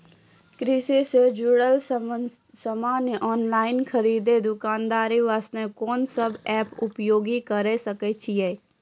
कृषि से जुड़ल समान ऑनलाइन खरीद दुकानदारी वास्ते कोंन सब एप्प उपयोग करें सकय छियै?